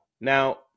Now